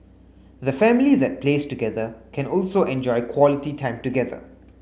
the family that plays together can also enjoy quality time together